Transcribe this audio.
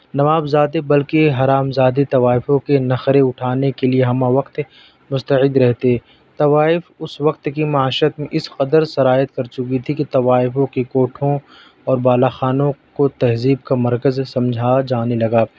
نوابزادے بلکہ حرامزادی طوائفوں کے نخرے اٹھانے کے لئے ہمہ وقت مستعد رہتے طوائف اس وقت کی معاشرت میں اس قدر سرایت کر چکی تھی کہ طوائفوں کی کوٹھوں اور بالا خانوں کو تہذیب کا مرکز سمجھا جانے لگا